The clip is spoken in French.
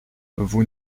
vous